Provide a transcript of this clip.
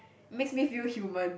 makes me feel human